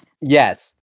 Yes